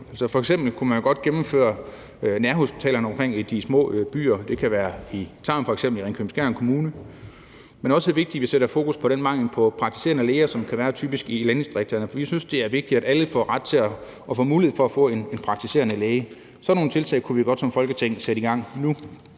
Man kunne f.eks. godt gennemføre nærhospitalerne omkring de små byer. Det kunne f.eks. være i Tarm i Ringkøbing-Skjern Kommune, men det er også vigtigt, at vi sætter fokus på den mangel på praktiserende læger, som typisk kan være i landdistrikterne, for vi synes, det er vigtigt, at alle får ret til at få mulighed for at få en praktiserende læge. Sådan nogle tiltag kunne vi godt som Folketing sætte i gang nu,